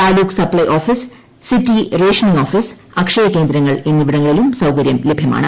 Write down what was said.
taluk supply office city rationing office അക്ഷയകേന്ദ്രങ്ങൾ എന്നിവിടങ്ങളിലും സൌകര്യം ലഭൃമാണ്